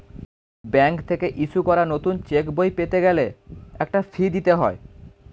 bank থেকে issue করা নতুন চেকবই পেতে গেলে একটা ফি দিতে হয়